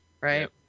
Right